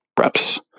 reps